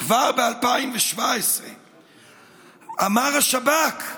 כבר ב-2017 אמר השב"כ,